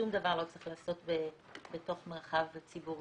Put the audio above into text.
שום דבר לא צריך לעשות בתוך המרחב הציבורי